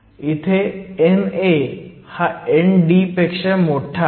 इथे NA हा ND पेक्षा मोठा आहे